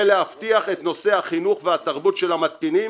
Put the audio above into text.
ולהבטיח את נושא החינוך והתרבות של המתקינים